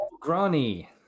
Granny